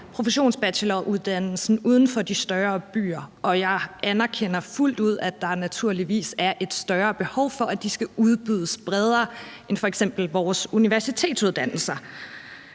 professionsbacheloruddannelser uden for de større byer, og jeg anerkender fuldt ud, at der naturligvis er et større behov for, at de skal udbydes bredere end f.eks. vores universitetsuddannelser.